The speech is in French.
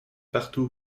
partout